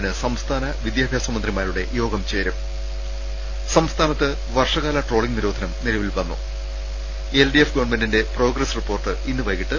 ന് സംസ്ഥാന വിദ്യാഭ്യാസമന്ത്രിമാരുടെ യോഗം ചേരും സംസ്ഥാനത്ത് വർഷകാല ട്രോളിംഗ് നിരോധനം നിലവിൽ വന്നു എൽ ഡി എഫ് ഗവൺമെന്റിന്റെ പ്രോഗ്രസ് റിപ്പോർട്ട് ഇന്ന് വൈകിട്ട്